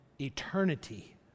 eternity